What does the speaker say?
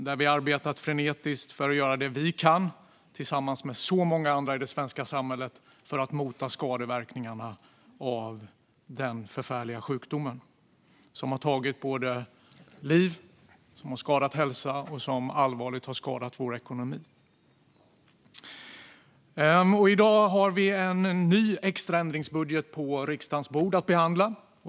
Vi har arbetat frenetiskt för att göra det vi kan, tillsammans med många andra i det svenska samhället, för att mota skadeverkningarna av den förfärliga sjukdom som har tagit liv, som har skadat hälsa och som allvarligt har skadat vår ekonomi. I dag har vi en ny extra ändringsbudget på riksdagens bord att behandla.